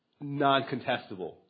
non-contestable